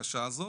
הבקשה הזו,